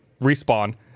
respawn